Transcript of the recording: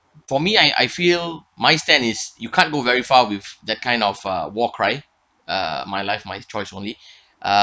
for me I I feel my stand is you can't go very far with that kind of uh war cry uh my life my choice only uh